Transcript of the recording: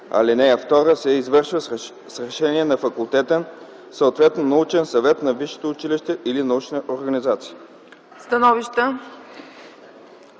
ал. 2, се извършва с решение на факултетен, съответно научен съвет на висшето училище или научната организация.”